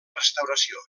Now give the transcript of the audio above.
restauració